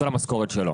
המשכורת שלו.